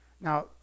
Now